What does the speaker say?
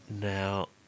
Now